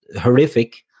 Horrific